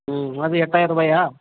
ம் அது எட்டாயிரருபாயா